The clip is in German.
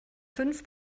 fünf